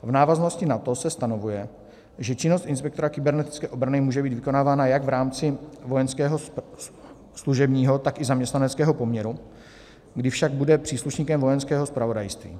V návaznosti na to se stanovuje, že činnost inspektora kybernetické obrany může být vykonávána jak v rámci vojenského služebního, tak i zaměstnaneckého poměru, kdy však bude příslušníkem Vojenského zpravodajství.